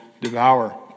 devour